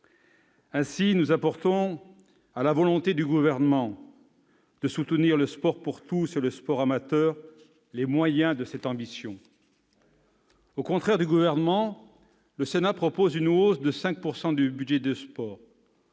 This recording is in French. Ainsi, nous apportons à la volonté du Gouvernement de soutenir le sport pour tous et le sport amateur les moyens de cette ambition. Très bien ! Au contraire du Gouvernement, le Sénat propose une hausse de 5 % du budget du sport